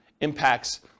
impacts